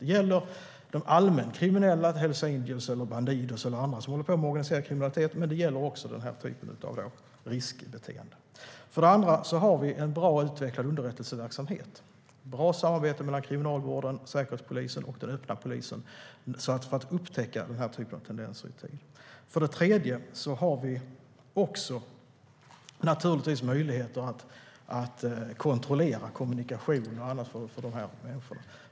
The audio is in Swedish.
Det gäller de allmänt kriminella, Hells Angels, Bandidos eller andra som håller på med organiserad kriminalitet, men det gäller också den här typen av riskbeteende. För det andra har vi en bra och utvecklad underrättelseverksamhet och bra samarbete mellan Kriminalvården, Säkerhetspolisen och den öppna polisen för att upptäcka den här typen av tendenser i tid. För det tredje har vi också naturligtvis möjligheten att kontrollera kommunikationen för de här människorna.